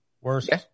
Worst